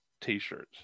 t-shirts